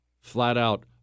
flat-out